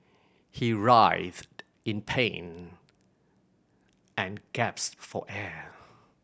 he writhed in pain and gasped for air